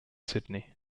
sydney